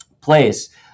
place